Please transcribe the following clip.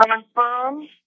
Confirm